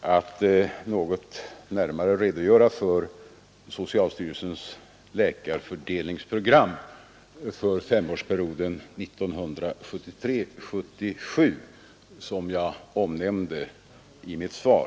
att något närmare redogöra för socialstyrelsens läkarfördelningsprogram för femårsperioden 1973—1977 som jag omnämnde i mitt svar.